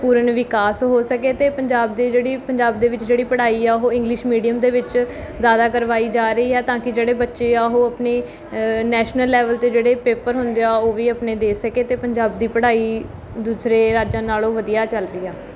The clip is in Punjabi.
ਪੂਰਨ ਵਿਕਾਸ ਹੋ ਸਕੇ ਅਤੇ ਪੰਜਾਬ ਦੇ ਜਿਹੜੀ ਪੰਜਾਬ ਦੇ ਵਿੱਚ ਜਿਹੜੀ ਪੜ੍ਹਾਈ ਆ ਉਹ ਇੰਗਲਿਸ਼ ਮੀਡੀਅਮ ਦੇ ਵਿੱਚ ਜ਼ਿਆਦਾ ਕਰਵਾਈ ਜਾ ਰਹੀ ਹੈ ਤਾਂ ਕਿ ਜਿਹੜੇ ਬੱਚੇ ਆ ਉਹ ਆਪਣੇ ਨੈਸ਼ਨਲ ਲੈਵਲ 'ਤੇ ਜਿਹੜੇ ਪੇਪਰ ਹੁੰਦੇ ਆ ਉਹ ਵੀ ਆਪਣੇ ਦੇ ਸਕੇ ਅਤੇ ਪੰਜਾਬ ਦੀ ਪੜ੍ਹਾਈ ਦੂਸਰੇ ਰਾਜਾਂ ਨਾਲੋਂ ਵਧੀਆ ਚੱਲ ਪਈ ਆ